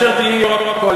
אז בבקשה, אין בעיית משילות.